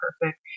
perfect